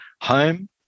home